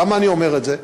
למה אני אומר את זה?